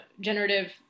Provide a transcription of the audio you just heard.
generative